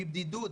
מבדידות,